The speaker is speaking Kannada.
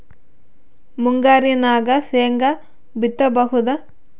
ಮುಂಗಾರಿನಾಗ ಶೇಂಗಾ ಬಿತ್ತಬಹುದಾ?